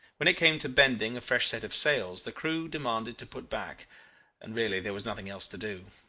when it came to bending a fresh set of sails the crew demanded to put back and really there was nothing else to do.